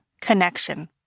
connection